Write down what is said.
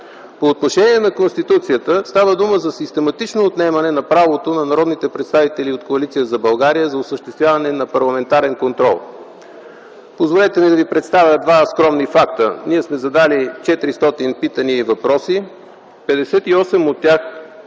По отношение на Конституцията става дума за систематично отнемане на правото на народните представители от Коалиция за България за осъществяване на парламентарен контрол. Позволете ми да ви представя два скромни факта. Ние сме задали 400 питания и въпроси. Петдесет